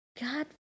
God